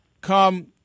come